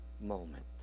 moment